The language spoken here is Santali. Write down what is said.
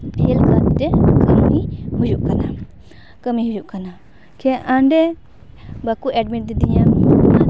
ᱵᱷᱮᱞ ᱠᱟᱛᱨᱮ ᱠᱟᱹᱢᱤ ᱦᱩᱭᱩᱜ ᱠᱟᱱᱟ ᱠᱟᱹᱢᱤ ᱦᱩᱭᱩᱜ ᱠᱟᱱᱟ ᱚᱸᱰᱮ ᱵᱟᱠᱚ ᱮᱰᱢᱤᱴ ᱞᱮᱫᱤᱧᱟᱹ